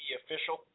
official